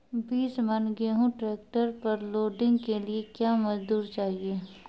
बीस मन गेहूँ ट्रैक्टर पर लोडिंग के लिए क्या मजदूर चाहिए?